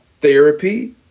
therapy